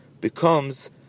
becomes